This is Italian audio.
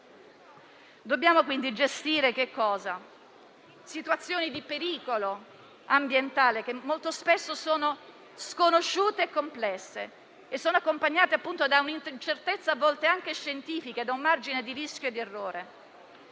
Dobbiamo, quindi, gestire situazioni di pericolo ambientale, che molto spesso sono sconosciute, complesse e accompagnate da incertezza, a volte anche scientifica, e da un margine di rischio e di errore.